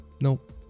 Nope